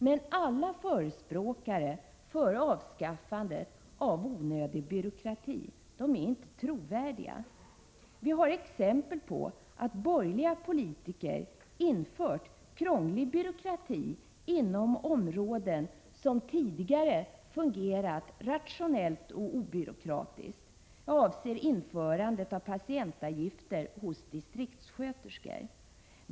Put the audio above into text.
Men alla förespråkare för avskaffande av onödig byråkrati är inte trovärdiga. Vi har sett exempel på att borgerliga politiker infört krånglig byråkrati inom områden som tidigare fungerat rationellt och obyråkratiskt. Jag avser införandet av patientavgifter vid besök hos distriktssköterskor.